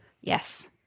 yes